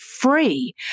free